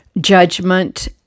judgment